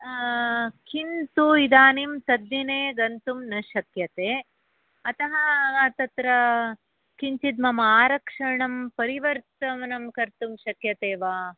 किन्तु इदानीं तद्दिने गन्तुं न शक्यते अतः तत्र किञ्चित् मम आरक्षणं परिवर्तनं कर्तुं शक्यते वा